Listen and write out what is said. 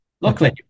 Luckily